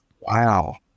Wow